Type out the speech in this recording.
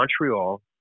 Montreal